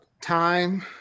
time